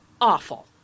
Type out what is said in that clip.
awful